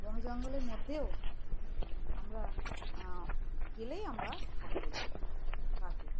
বন জঙ্গলের মধ্যেও আমরা গেলেই আমরা ফটো তুলতাম তাকে